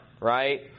right